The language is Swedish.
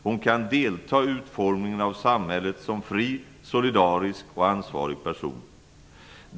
Hon kan delta i utformningen av samhället som fri, solidarisk och ansvarig person.